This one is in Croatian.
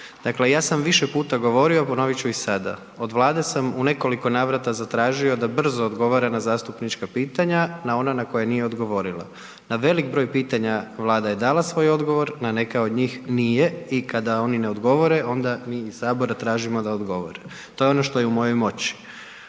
Dakle, ja sam više puta govorio, ponovit ću i sada. Od Vlade sam u nekoliko navrata zatražio da brzo odgovara na zastupnička pitanja, na ona na koje nije odgovorila. Na velik broj pitanja Vlada je dala svoj odgovor, na neka od njih nije i kada oni ne odgovore, onda mi iz Sabora tražimo da odgovore. To je ono što je u mojoj moći.